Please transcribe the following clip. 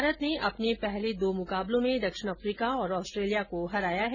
भारत ने अपने पहले दो मुकाबलों में दक्षिण अफ्रीका और ऑस्ट्रेलिया को हराया है